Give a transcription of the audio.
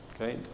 okay